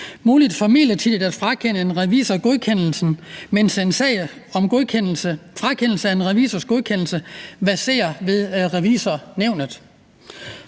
muligt midlertidigt at frakende en revisor godkendelsen, mens en sag om frakendelse af revisorens godkendelse verserer ved Revisornævnet.